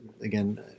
again